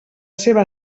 seva